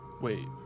Wait